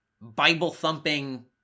Bible-thumping